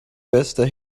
beste